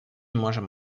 можем